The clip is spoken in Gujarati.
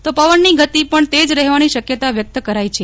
તો પવનની ગતિ પણ તેજ રફેવાની શક્યતા વ્યક્ત કરાઈ છે